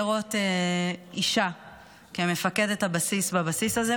לראות אישה כמפקדת הבסיס בבסיס הזה,